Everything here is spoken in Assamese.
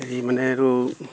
হেৰি মানে আৰু